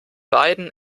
beiden